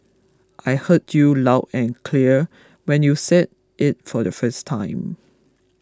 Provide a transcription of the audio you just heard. I heard you loud and clear when you said it for the first time